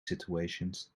situations